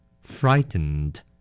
Frightened